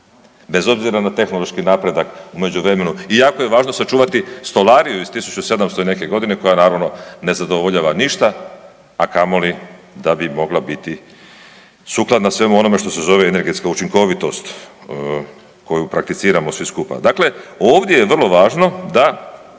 bez obzira na tehnološki napredak u međuvremenu i jako je važno sačuvati stolariju iz 1700. i neke godine koja, naravno, ne zadovoljava ništa, a kamoli da bi mogla biti sukladna svemu onome što se zove energetska učinkovitost koju prakticiramo svi skupa. Dakle, ovdje je vrlo važno da